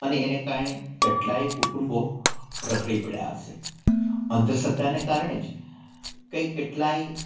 અને એને કારણે કેટલાય કુટુંબો રખડી પડયા હસે અંધશ્રદ્ધાને કારણે જ કંઈ કેટલાય